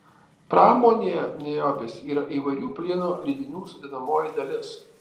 pramonėje niobis yra įvairių plieno lydinių sudedamoji dalis